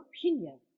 opinion